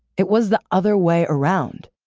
it was the other way around.